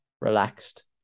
relaxed